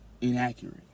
inaccurate